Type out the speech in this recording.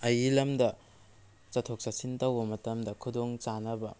ꯑꯩꯒꯤ ꯂꯝꯗ ꯆꯠꯊꯣꯛ ꯆꯠꯁꯤꯟ ꯇꯧꯕ ꯃꯇꯝꯗ ꯈꯨꯗꯣꯡ ꯆꯥꯅꯕ